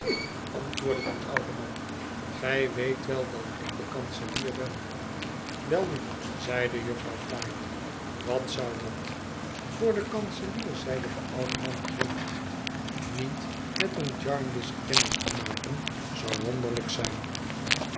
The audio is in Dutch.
antwoordde de oude man gij weet wel dat ik de kanselier ben welnu zeide jufvrouw flite wat zou dat voor den kanselier zeide de oude man grinnikend niet met een jarndyce kennis te maken zou wonderlijk zijn